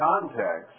context